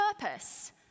purpose